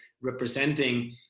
representing